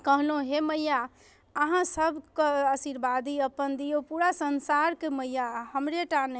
आओर कहलहुँ हे मैया अहाँ सबके आशीर्वादी अपन दियौ पूरा संसारके मैया हमरे टा नहि